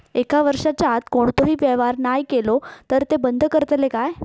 एक वर्षाच्या आत कोणतोही व्यवहार नाय केलो तर ता बंद करतले काय?